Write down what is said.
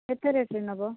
କେତେ ରେଟ୍ରେ ନେବ